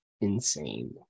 insane